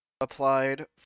applied